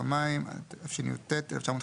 המים" חוק המים, התשי"ט-1959,"